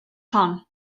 hon